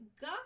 God